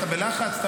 אתה בלחץ?